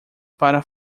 para